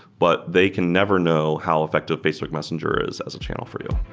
but they can never know how effective facebook messenger is as a channel for you.